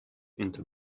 into